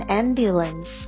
ambulance